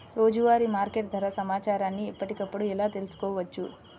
రోజువారీ మార్కెట్ ధర సమాచారాన్ని ఎప్పటికప్పుడు ఎలా తెలుసుకోవచ్చు?